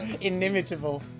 Inimitable